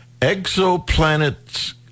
exoplanets